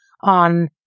on